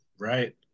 right